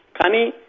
Kani